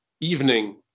evening